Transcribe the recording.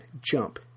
jump